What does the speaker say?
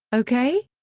okay?